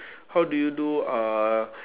how do you do uh